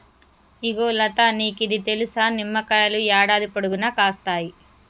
ఇగో లతా నీకిది తెలుసా, నిమ్మకాయలు యాడాది పొడుగునా కాస్తాయి